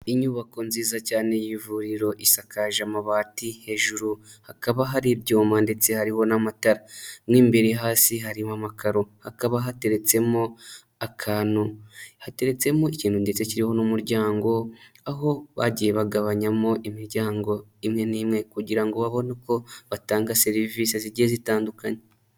Inyubako nziza cyane y'ivuriro, isakaje amabati, hejuru hakaba hari ibyuma ndetse hari n'amatara. Mu imbere hasi harimo amakaro, hakaba hateretsemo akantu, hateretsemo ikintu ndetse kiriho n'umuryango, aho bagiye bagabanyamo imiryango imwe n'imwe kugira ngo, babone uko batanga serivisi zigiye zitandukanye.